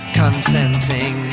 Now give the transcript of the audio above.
consenting